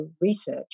research